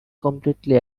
completely